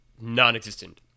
non-existent